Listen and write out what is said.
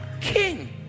king